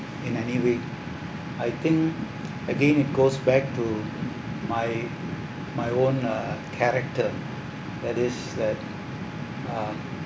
I nailed it I think again it goes back to my my own uh character that is that um